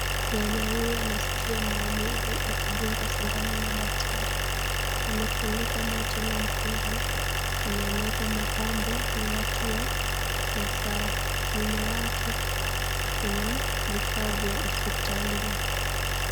Nyanya huyu anasikia maumivu akidungwa sindano na daktari. Amefunika macho na mkono yenye ameweka mapambo ya watu wa maasai. Nyuma yake kuna vifaa vya hospitalini.